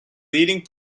leading